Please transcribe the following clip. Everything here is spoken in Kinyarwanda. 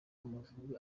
amavubi